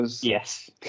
Yes